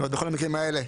בכל המקרים האלה,